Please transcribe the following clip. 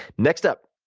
next up,